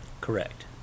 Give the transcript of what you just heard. correct